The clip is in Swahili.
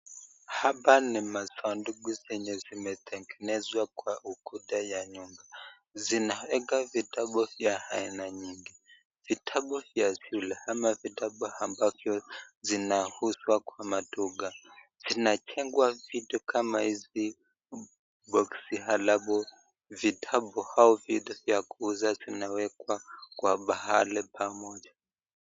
Hapa ni masanduku zenye zimetengenezwa kwa ukuta ya nyumba, zinawekwa vitabu vya aina nyingi, vitabu vya shule ama vitabu ambavyo zinauzwa kwa maduka, vinajengwa vitu kama hizi boxi alafu vitabu au vitu vya kuuza vinawekwa kwa pahali pamoja.